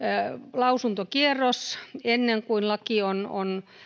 lausuntokierros ennen kuin laki on on